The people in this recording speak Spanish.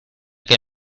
que